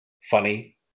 funny